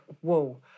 whoa